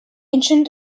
ancient